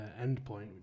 Endpoint